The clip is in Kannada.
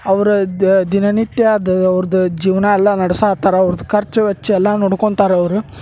ಅವ್ರದ್ದು ದಿನನಿತ್ಯ ಅದ್ ಅವ್ರ್ದ ಜೀವನ ಅಲ್ಲ ನಡ್ಸ ಆತರ ಅವ್ರ್ದು ಖರ್ಚು ವೆಚ್ಚ ಎಲ್ಲ ನೋಡ್ಕೊಂತಾರ ಅವ್ರು